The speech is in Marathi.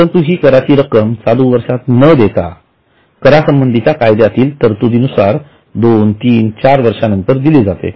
परंतु हि कराची रक्कम चालू वर्षात न देता करसंबंधीच्या कायद्यातील तरतुदीनुसार दोनतीनचार वर्षानंतर दिली जाते